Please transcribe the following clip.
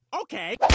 Okay